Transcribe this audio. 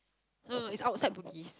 no no it's outside Bugis